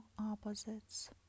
opposites